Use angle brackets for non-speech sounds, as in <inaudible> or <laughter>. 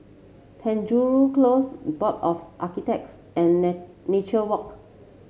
Penjuru Close Board of Architects and <unintelligible> Nature Walk